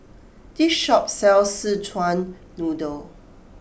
this shop sells Szechuan Noodle